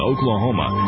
Oklahoma